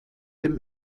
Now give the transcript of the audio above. dem